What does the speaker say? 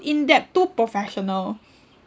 in depth too professional